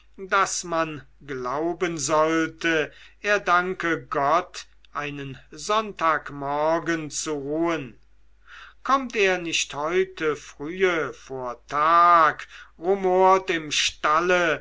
daß man glauben sollte er danke gott einen sonntagmorgen zu ruhen kommt er nicht heute frühe vor tag rumort im stalle